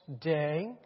day